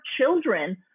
children